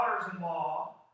daughters-in-law